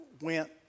Went